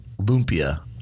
lumpia